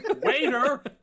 Waiter